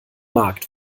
markt